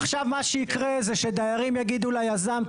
עכשיו מה שיקרה זה שדיירים יגידו ליזם,